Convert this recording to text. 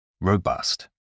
Robust